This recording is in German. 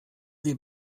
wir